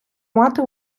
мати